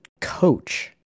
coach